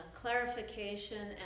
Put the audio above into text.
clarification